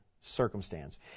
circumstance